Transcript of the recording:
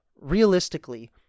realistically